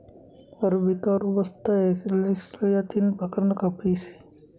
arabica, robusta, excelsa या तीन प्रकारना काफी से